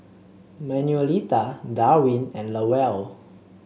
Manuelita Darwin and Lowell